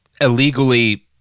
illegally